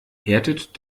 härtet